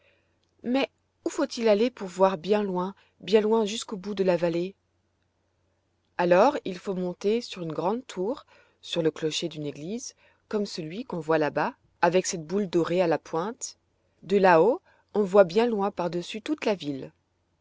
mais où faut-il aller pour voir bien loin bien loin jusqu'au bout de la vallée alors il faut monter sur une grande tour sur le clocher d'une église comme celui qu'on voit là-bas avec cette boule dorée à la pointe de là-haut on voit bien loin par-dessus toute la ville